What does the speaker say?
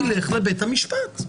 שילך לבית המשפט.